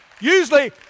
Usually